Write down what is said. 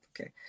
okay